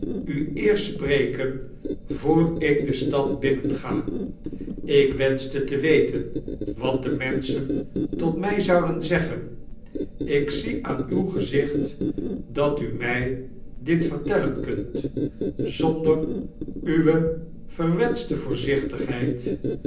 u eerst spreken voor ik de stad binnenga ik wenschte te weten wat de menschen tot mij zouden zeggen ik zie aan uw gezicht dat u mij dit vertellen kunt zonder uwe verwenschte vioorzichtigheid